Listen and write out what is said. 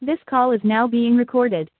this call is now being recorded